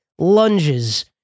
Lunges